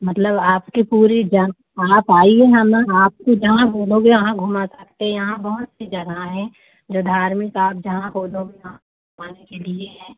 मतलब आपके पूरी जान आप आइए हम आपको जहाँ बोलोगे वहाँ घुमा सकते हैं यहाँ बहुत सी जगह हैं जो धार्मिक आप जहाँ बोलोगे वहाँ घुमाने के लिए है